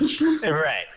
Right